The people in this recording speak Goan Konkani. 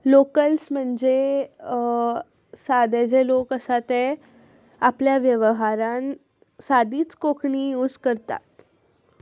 लोकल्स म्हणजे सादे जे लोक आसा ते आपल्या वेवहारान सादीच कोंकणी यूज करतात